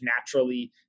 naturally